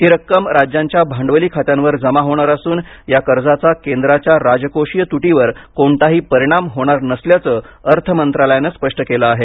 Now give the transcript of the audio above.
ही रक्कम राज्यांच्या भांडवली खात्यांवर जमा होणार असून या कर्जाचा केंद्राच्या राजकोषीय तुटीवर कोणताही परिणाम होणार नसल्याचं अर्थ मंत्रालयानं स्पष्ट केलं आहे